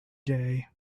day